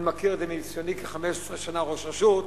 אני מכיר את זה מניסיוני כ-15 שנה כראש רשות.